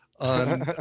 on